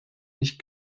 nicht